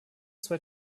zwei